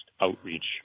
outreach